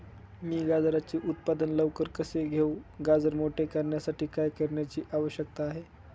मी गाजराचे उत्पादन लवकर कसे घेऊ? गाजर मोठे करण्यासाठी काय करण्याची आवश्यकता आहे?